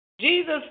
Jesus